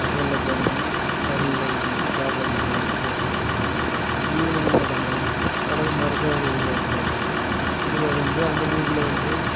பகலில் தங்கி தண்ணியெல்லாம் ஊற்றிக்கிட்டு சாப்பாடு சாப்பிட்டு ரெஸ்ட்டு எடுத்துக்கிட்டோம் ஈவினிங் நடந்தோம் நடந்து மறுக்க ஒரு ஊரை சேர்ந்தோம் ஊரடைந்து அந்த ஊரில் வந்து